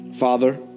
Father